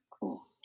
cool